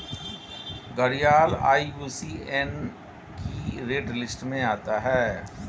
घड़ियाल आई.यू.सी.एन की red list में आता है